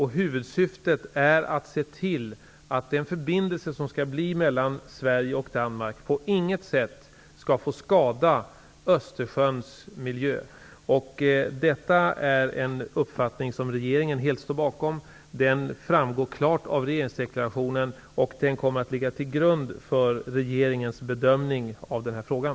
Huvudsyftet är att se till att den förbindelse som skall åstadkommas mellan Sverige och Danmark på inget sätt skadar Östersjöns miljö. Det är en uppfattning som regeringen helt står bakom. Den framgår klart av regeringsdeklarationen, och den kommer att ligga till grund för regeringens bedömning av den här frågan.